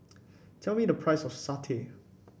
tell me the price of satay